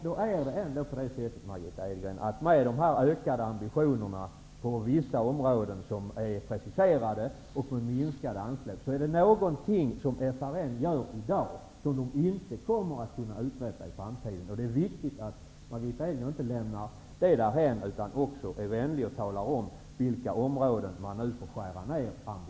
Det är ändå på det sättet, Margitta Edgren, att någonting som FRN gör i dag inte kommer att kunna uträttas av FRN i framtiden, eftersom ambitionerna på vissa preciserade områden ökas samtidigt som anslagen minskas. Det är viktigt att Margitta Edgren inte lämnar detta därhän utan att hon är vänlig och talar om på vilka områden som man nu får skära ned på ambitionerna.